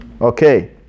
Okay